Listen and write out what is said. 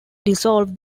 dissolve